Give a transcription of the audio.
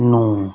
ਨੂੰ